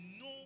no